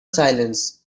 silence